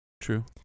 True